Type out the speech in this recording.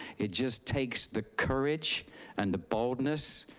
it just takes the courage and the boldness,